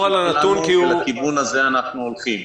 לכיוון הזה אנחנו הולכים.